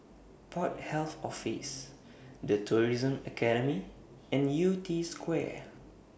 Port Health Office The Tourism Academy and Yew Tee Square